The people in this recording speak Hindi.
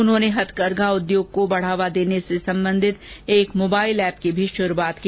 उन्होंने हथकरघा उद्योग को बढ़ावा देने से संबंधित एक मोबाइल एप की भी शुरूआत की